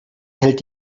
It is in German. hält